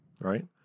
Right